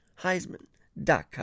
Heisman.com